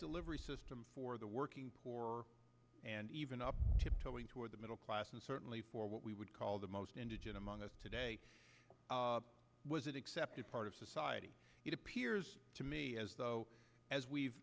delivery system for the working poor and even up tiptoeing toward the middle class and certainly for what we would call the most indigent among us today was it accepted part of society it appears to me as though as we've